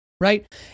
right